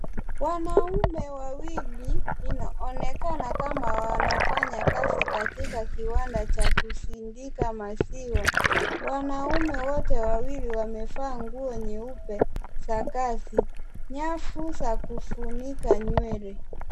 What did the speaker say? Wanaume wawili inaonekana kama wanafanya kazi katika kiwanda cha kusindika maziwa. Wanaume wote wawili wamevaa nguo nyeupe za kazi, nyavu za kufunika nywele.